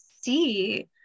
see